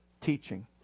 teaching